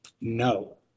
No